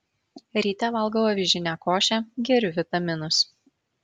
ryte valgau avižinę košę geriu vitaminus